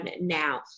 now